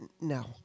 no